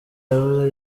yavuze